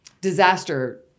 disaster